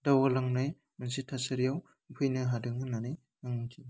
दावगालांनाय मोनसे थासारियाव फैनो हादों होन्नानै आं मिथियो